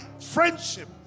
friendship